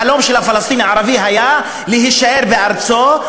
החלום של הפלסטיני הערבי היה להישאר בארצו,